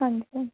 ਹਾਂਜੀ